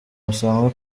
busanzwe